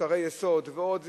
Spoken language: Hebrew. מוצרי יסוד ועוד.